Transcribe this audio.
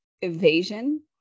evasion